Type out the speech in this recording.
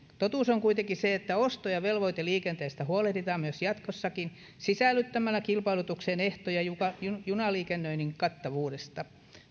totuus on kuitenkin se että osto ja velvoiteliikenteestä huolehditaan myös jatkossa sisällyttämällä kilpailutukseen ehtoja junaliikennöinnin kattavuudesta